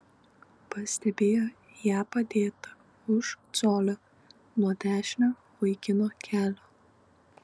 pastebėjo ją padėtą už colio nuo dešinio vaikino kelio